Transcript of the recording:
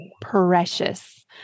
precious